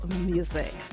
music